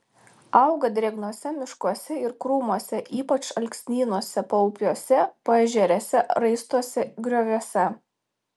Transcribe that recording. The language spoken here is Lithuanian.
auga drėgnuose miškuose ir krūmuose ypač alksnynuose paupiuose paežerėse raistuose grioviuose